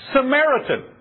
Samaritan